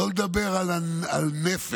שלא לדבר על נפש,